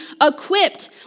equipped